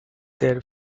their